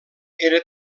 era